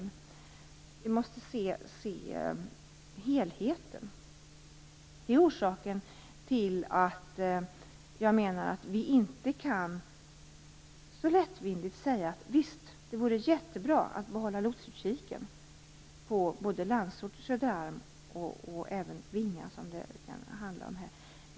Vi måste se helheten. Vi kan inte så lättvindigt säga att det vore jättebra att behålla lotsutkiken på både Landsort, Söderarm och Vinga.